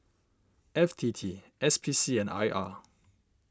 F T T S P C and I R